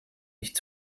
nicht